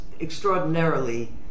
extraordinarily